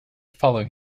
following